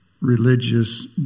religious